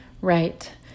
Right